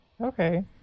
Okay